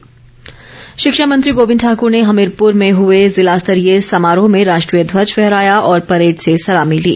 हमीरपुर गणतंत्र दिवस शिक्षा मंत्री गोबिंद ठाकूर ने हमीरपुर में हुए ज़िला स्तरीय समारोह में राष्ट्रीय ध्वज फहराया और परेड से सलामी ली